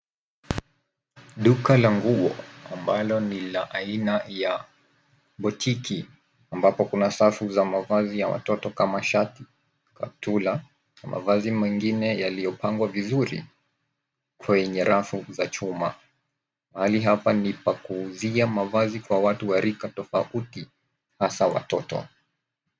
Duka la nguo ambalo ni la aina ya botiki ambapo kuna safu za mavazi ya watoto kama shati, kaptula na mavazi mengine yaliyopangwa vizuri kwenye rafu za chuma. Mahali hapa ni pa kuuzia mavazi kwa watu wa rika tofauti hasa watoto.